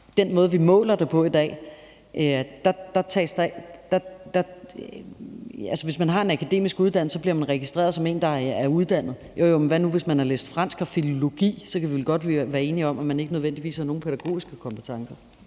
Den måde, vi måler det på i dag, er, at hvis man har en akademisk uddannelse, bliver man registreret som en, der er uddannet. Jo, jo, men hvis man har læst fransk og filologi, kan vi vel godt være enige om, at man ikke nødvendigvis har nogen pædagogiske kompetencer.